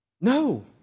No